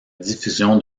diffusion